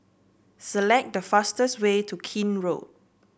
select the fastest way to Keene Road